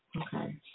Okay